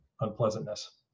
unpleasantness